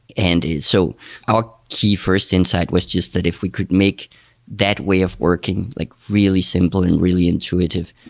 and so our key first insight was just that if we could make that way of working like really simple and really intuitive,